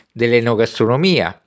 dell'enogastronomia